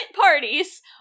parties